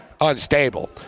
unstable